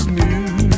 new